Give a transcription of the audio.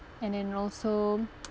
and then also